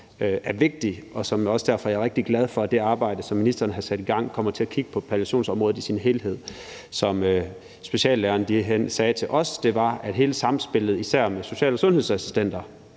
er vigtig, og som jeg er glad for, og det er, at det arbejde, som ministeren har sat i gang, kommer til at kigge på palliationsområdet som helhed. Som speciallægerne sagde til os, er hele samspillet, især med social- og sundhedsassistenter,